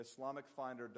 Islamicfinder.com